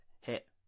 hit